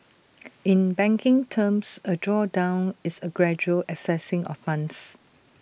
in banking terms A drawdown is A gradual accessing of funds